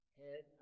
head